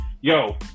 yo